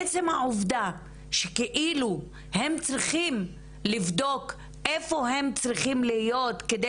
עצם העובדה שכאילו הם צריכים לבדוק איפה הם צריכים להיות כדי